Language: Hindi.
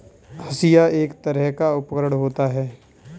हंसिआ एक तरह का उपकरण होता है